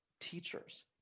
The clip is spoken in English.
teachers